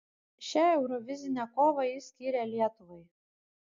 šią eurovizinę kovą jis skyrė lietuvai